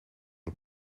het